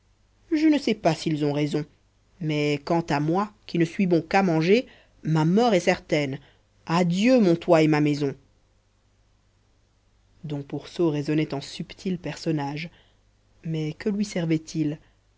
je ne sais pas s'ils ont raison mais quant à moi qui ne suis bon qu'à manger ma mort est certaine adieu mon toit et ma maison dom pourceau raisonnait en subtil personnage mais que lui servait-il